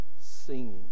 singing